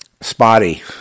spotty